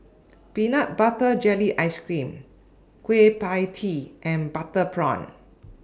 Peanut Butter Jelly Ice Cream Kueh PIE Tee and Butter Prawn